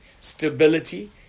stability